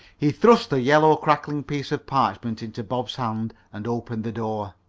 he thrust the yellow, crackling piece of parchment into bob's hands and opened the door.